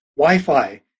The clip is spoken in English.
Wi-Fi